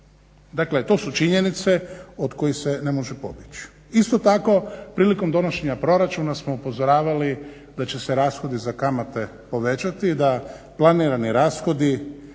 Dakle, to su činjenice od kojih se ne može pobjeći. Isto tako prilikom donošenja proračuna smo upozoravali da će se rashodi za kamate povećati, da planirani rashodi